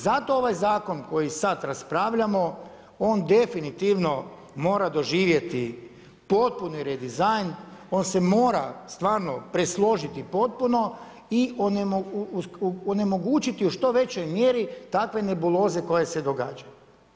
Zato ovaj zakon koji sada raspravljamo on definitivno mora doživjeti potpuni redizajn, on se mora presložiti potpuno i onemogućiti u što većoj mjeri takve nebuloze koje se događaju.